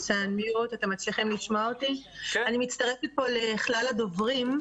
אני מצטרפת פה לכלל הדוברים,